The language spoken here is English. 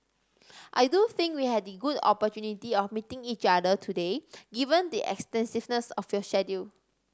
I do think we had the good opportunity of meeting each other today given the extensiveness of your schedule